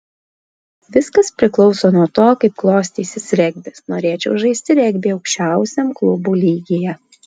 viskas priklauso nuo to kaip klostysis regbis norėčiau žaisti regbį aukščiausiam klubų lygyje